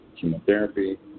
chemotherapy